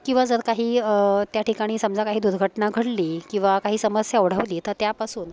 किंवा जर काही त्या ठिकाणी समजा काही दुर्घटना घडली किंवा काही समस्या ओढवली तर त्यापासून